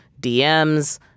DMs